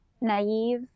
naive